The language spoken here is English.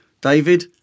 David